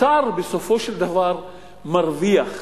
בסופו של דבר האוצר "מרוויח"